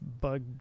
bug